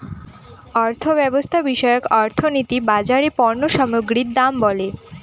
অর্থব্যবস্থা বিষয়ক অর্থনীতি বাজারে পণ্য সামগ্রীর দাম বলে